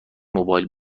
موبایل